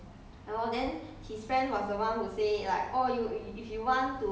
orh orh okay okay